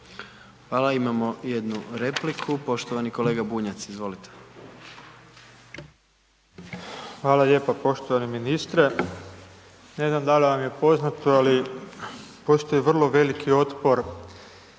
Hvala imamo 1 repliku, poštovani kolega Bunjac, izvolite. **Bunjac, Branimir (Živi zid)** Hvala lijepo poštovani ministre, ne znam da li vam je poznato, ali postoji vrlo veliki otpor,